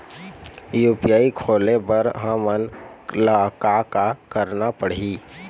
UPI खोले बर हमन ला का का करना पड़ही?